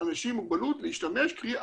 אנשים עם מוגבלות להשתמש, קרי התאמות.